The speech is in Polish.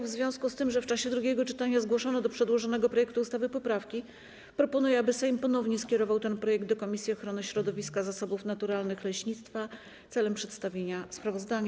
W związku z tym, że w czasie drugiego czytania zgłoszono do przedłożonego projektu ustawy poprawki, proponuję, aby Sejm ponownie skierował ten projekt do Komisji Ochrony Środowiska, Zasobów Naturalnych i Leśnictwa celem przedstawienia sprawozdania.